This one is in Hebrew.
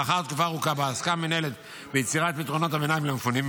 לאחר תקופה ארוכה שבה עסקה המינהלת ביצירת פתרונות הביניים למפונים,